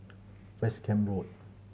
West Camp Road